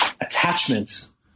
attachments